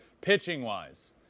pitching-wise